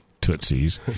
tootsies